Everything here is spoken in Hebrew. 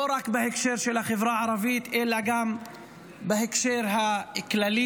לא רק בהקשר של החברה הערבית אלא גם בהקשר הכללי.